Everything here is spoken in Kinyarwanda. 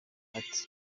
ati